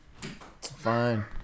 Fine